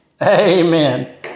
Amen